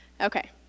Okay